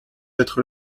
être